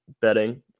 betting